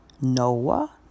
Noah